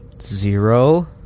zero